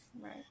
right